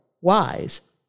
Wise